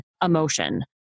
emotion